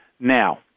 Now